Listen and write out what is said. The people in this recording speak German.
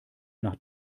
nach